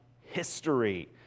history